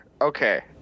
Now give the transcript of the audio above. okay